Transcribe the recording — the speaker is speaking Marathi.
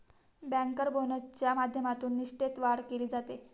बँकर बोनसच्या माध्यमातून निष्ठेत वाढ केली जाते